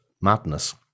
madness